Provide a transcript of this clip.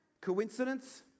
Coincidence